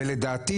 ולדעתי